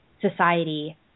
society